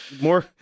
More